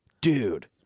Dude